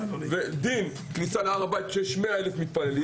דין כניסה להר הבית כשיש 100,000 מתפללים